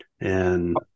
And-